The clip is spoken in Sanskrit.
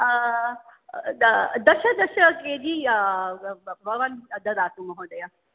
दश दश के जि भवान् ददातु महोदय